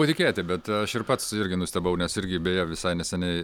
patikėti bet aš ir pats irgi nustebau nes irgi beje visai neseniai